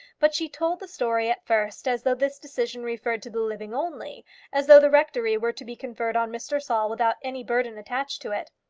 but she told the story at first as though this decision referred to the living only as though the rectory were to be conferred on mr. saul without any burden attached to it.